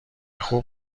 خوب